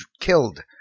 killed